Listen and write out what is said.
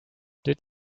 did